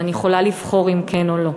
ואני יכולה לבחור אם כן או לא.